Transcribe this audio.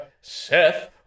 Seth